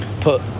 put